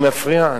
אני מפריע?